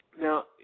Now